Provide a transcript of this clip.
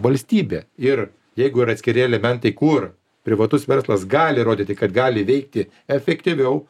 valstybė ir jeigu yra atskiri elementai kur privatus verslas gali rodyti kad gali veikti efektyviau